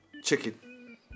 Chicken